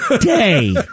day